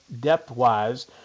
depth-wise –